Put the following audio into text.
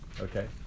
Okay